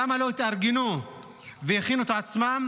למה לא התארגנו והכינו את עצמם